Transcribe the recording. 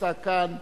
הנמצא כאן,